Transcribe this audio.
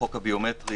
החוק הביומטרי,